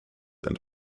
and